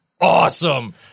Awesome